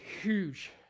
huge